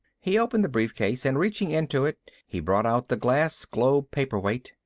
he opened the briefcase and reaching into it he brought out the glass globe paperweight.